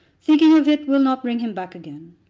thinking of it will not bring him back again.